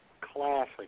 classic